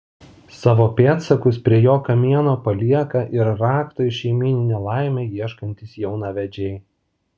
savo pėdsakus prie jo kamieno palieka ir rakto į šeimyninę laimę ieškantys jaunavedžiai